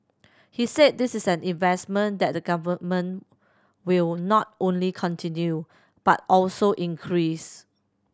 he said this is an investment that the Government will not only continue but also increase